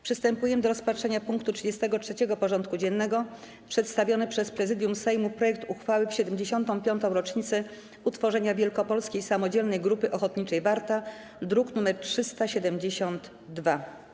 Przystępujemy do rozpatrzenia punktu 33. porządku dziennego: Przedstawiony przez Prezydium Sejmu projekt uchwały w 75. rocznicę utworzenia Wielkopolskiej Samodzielnej Grupy Ochotniczej „Warta” (druk nr 372)